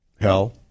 Hell